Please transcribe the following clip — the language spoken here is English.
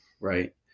right